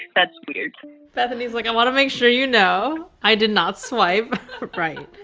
that's weird bethany's like, i want to make sure you know i did not swipe right